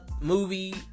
movie